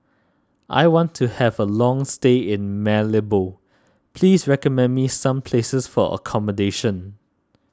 I want to have a long stay in Malabo please recommend me some places for accommodation